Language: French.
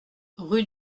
rue